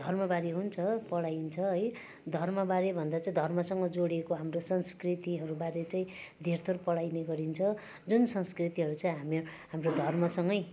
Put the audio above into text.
धर्मबारे हुन्छ पढाइन्छ है धर्मबारे भन्दा चाहिँ धर्मसँग जोडिएको हाम्रो संस्कृतिहरू बारे चाहिँ धेरथेर पढाइने गरिन्छ जुन संस्कृतिहरू चाहिँ हामेर हाम्रो धर्मसँगै